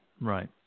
right